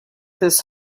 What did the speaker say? this